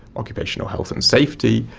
occupational health and safety,